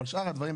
אבל שאר הדברים,